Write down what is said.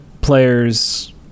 players